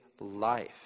life